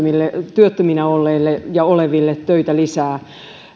työttömänä olleille ja oleville töitä lisää